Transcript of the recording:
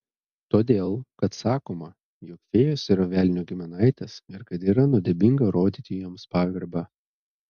todėl kad sakoma jog fėjos yra velnio giminaitės ir kad yra nuodėminga rodyti joms pagarbą